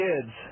kids